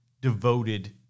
devoted